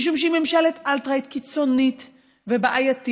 משום שהיא ממשלת אלט-רייט קיצונית ובעייתית.